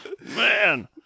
Man